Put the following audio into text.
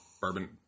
bourbon